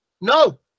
no